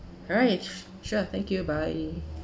alright sure thank you bye